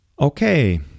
Okay